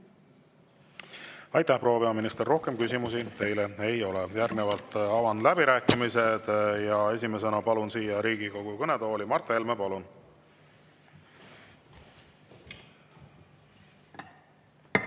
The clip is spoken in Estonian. Aitäh, härra minister! Rohkem küsimusi teile ei ole. Järgnevalt avan läbirääkimised ja esimesena palun siia Riigikogu kõnetooli Mart Helme. Palun! Aitäh,